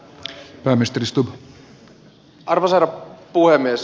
arvoisa herra puhemies